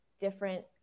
different